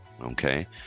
Okay